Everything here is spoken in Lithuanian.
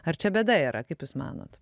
ar čia bėda yra kaip jūs manot